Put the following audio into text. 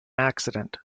accident